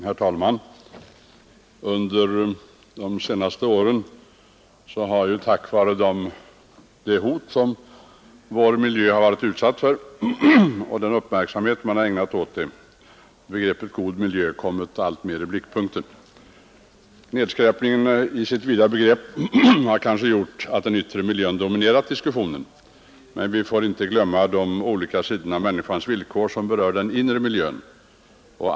Herr talman! Begreppet god miljö har under de senaste åren kommit alltmer i blickpunkten genom det hot som vår miljö varit utsatt för. Nedskräpningen i vid bemärkelse har kanske gjort att den yttre miljön dominerat diskussionen, men vi får inte glömma de olika sidor av människans villkor som berör den inre miljön.